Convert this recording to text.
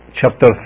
chapter